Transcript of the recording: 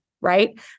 right